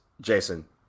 Jason